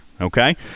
okay